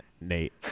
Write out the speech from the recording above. Nate